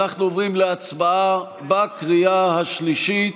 אנחנו עוברים להצבעה בקריאה השלישית.